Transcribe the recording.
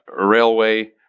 railway